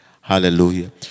Hallelujah